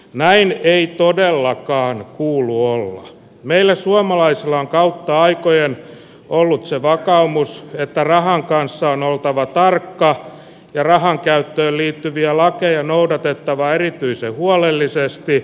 näin ei todellakaan kuulu olla meille suomalaisille on kautta aikojen ollut se vakaumus että rahan kanssa on oltava tarkka ja rahan käyttöön liittyviä lakeja noudatettava erityisen huolellisesti